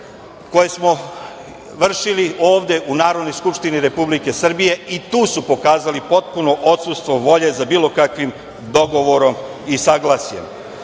koje smo vršili ovde u Narodnoj skupštini Republike Srbije. I tu su pokazali potpuno odsustvo volje za bilo kakvim dogovorom i saglasjem. Jedino